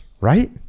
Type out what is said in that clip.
right